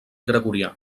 gregorià